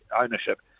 ownership